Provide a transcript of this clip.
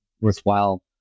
worthwhile